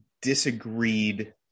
disagreed